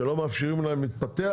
ולא מאפשרים להן להתפתח